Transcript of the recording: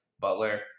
Butler